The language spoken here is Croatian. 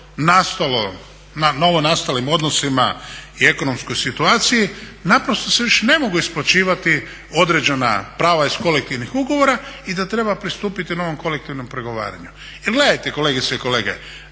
da sukladno novo nastalim odnosima i ekonomskoj situaciji naprosto se više ne mogu isplaćivati određena prava iz kolektivnih ugovora i da treba pristupiti novom kolektivnom pregovaraju. Jer gledajte kolegice i kolege,